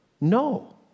no